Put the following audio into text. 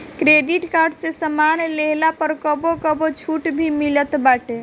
credit card से सामान लेहला पअ कबो कबो छुट भी मिलत बाटे